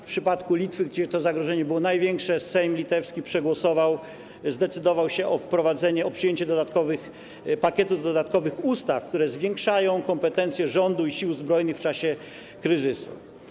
W przypadku Litwy, gdzie to zagrożenie było największe, sejm litewski przegłosował, zdecydował się na wprowadzenie, przyjęcie pakietów dodatkowych ustaw, które zwiększają kompetencje rządu i sił zbrojnych w czasie kryzysu.